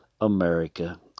America